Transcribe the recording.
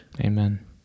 Amen